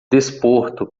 desporto